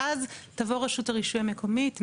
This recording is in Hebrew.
ואז תבוא רשות הרישוי המקומית,